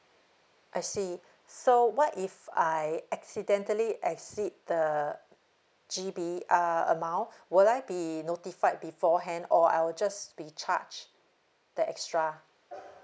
I see so what if I accidentally exceed the G B uh amount will I be notified beforehand or I'll just be charged the extra